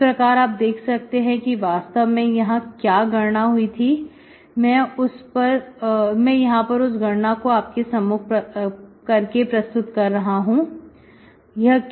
इस प्रकार आप देख सकते हैं कि वास्तव में यहां क्या गणना हुई थी मैं यहां पर उस गणना को आपके सम्मुख करके प्रस्तुत कर रहा हूं